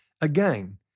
again